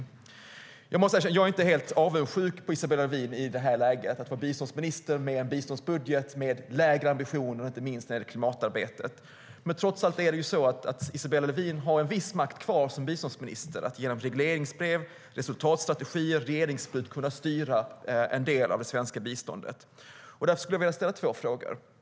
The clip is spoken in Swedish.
Men trots allt har Isabella Lövin en viss makt kvar som biståndsminister att genom regleringsbrev, resultatstrategier och så vidare kunna styra en del av det svenska biståndet. Därför skulle jag vilja ställa två frågor till henne.